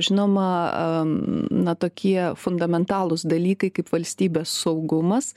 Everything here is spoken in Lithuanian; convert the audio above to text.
žinoma na tokie fundamentalūs dalykai kaip valstybės saugumas